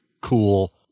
cool